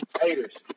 Haters